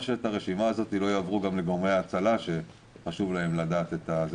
את הרשימה הזאת לא יעבירו גם לגורמי ההצלה שחשוב להם לדעת את זה?